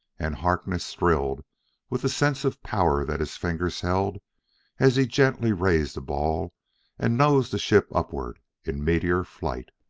and harkness thrilled with the sense of power that his fingers held as he gently raised the ball and nosed the ship upward in meteor-flight.